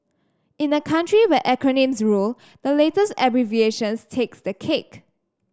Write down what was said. in a country where acronyms rule the latest abbreviation takes the cake